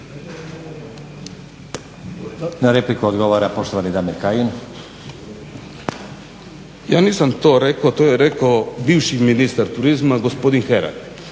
Na repliku odgovara poštovani Damir Kajin. **Kajin, Damir (Nezavisni)** Ja nisam to rekao, to je rekao bivši ministar turizma gospodin Herak,